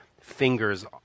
fingers